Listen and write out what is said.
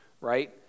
right